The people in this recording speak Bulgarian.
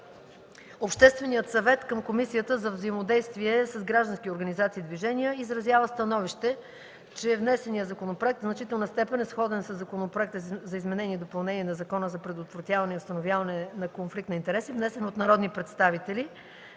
Общественият съвет към Комисията за взаимодействие с граждански организации и движения изразява становище, че внесеният законопроект в значителна степен е сходен със Законопроекта за изменение и допълнение на Закона за предотвратяване и установяване на конфликт на интереси, внесен от народни представители,